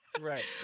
Right